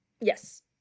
Yes